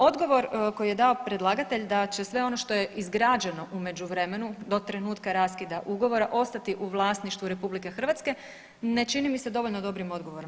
Odgovor koji je dao predlagatelj da će sve ono što je izgrađeno u međuvremenu do trenutka raskida ugovora ostati u vlasništvu RH, ne čini mi se dovoljno dobrim odgovorom.